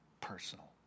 personal